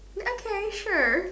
okay sure